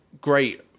great